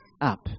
up